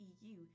EU